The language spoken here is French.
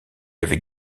avec